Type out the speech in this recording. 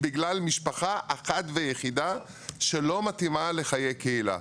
בגלל משפחה אחת ויחידה שלא מתאימה לחיי קהילה.